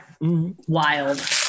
Wild